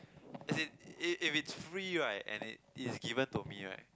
as in if it is free right and it is given to me right